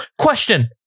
Question